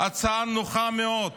הצעה נוחה מאוד,